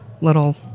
little